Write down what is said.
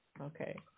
Okay